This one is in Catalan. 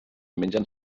mengen